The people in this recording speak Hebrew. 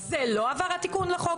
זה לא עבר התיקון לחוק.